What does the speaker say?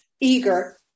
eager